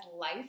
life